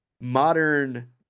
modern